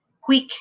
quick